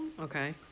okay